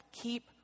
keep